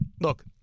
look